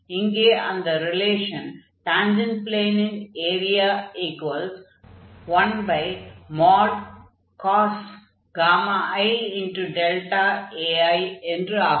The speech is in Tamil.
இங்கே அந்த ரிலேஷன் டான்ஜன்ட் ப்ளேனின் ஏரியா 1cos i Ai என்று ஆகும்